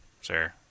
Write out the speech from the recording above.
sir